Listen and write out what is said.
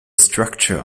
structure